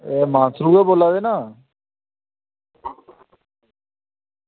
एह् मानसरुं गै बोला दे ना